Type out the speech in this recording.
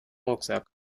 rucksack